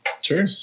Sure